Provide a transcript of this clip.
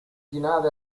finale